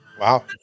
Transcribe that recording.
Wow